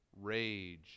rage